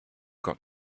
got